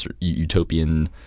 utopian